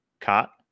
cot